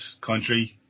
country